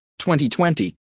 2020